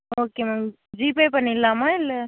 okay ma'am GPay பண்ணிடலாமா இல்லை